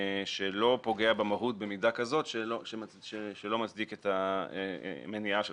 שלא פוגע במהות במידה כזאת שלא מצדיק את המניעה שלו.